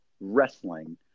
wrestling